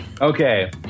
Okay